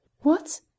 What